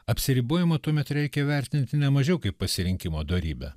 apsiribojama tuomet reikia vertinti ne mažiau kaip pasirinkimo dorybę